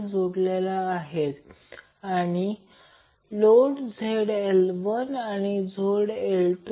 तर कमी Q सह मॅक्सीमम VC हा ω0 च्या खाली येतो आणि VL मॅक्सीमम ω0 च्या वर येते